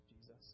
Jesus